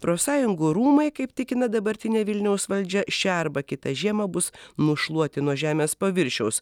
profsąjungų rūmai kaip tikina dabartinė vilniaus valdžia šią arba kitą žiemą bus nušluoti nuo žemės paviršiaus